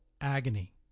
agony